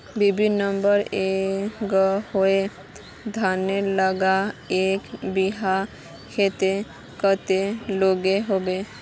BB number एगारोह धानेर ला एक बिगहा खेतोत कतेरी लागोहो होबे?